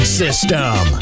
system